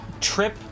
trip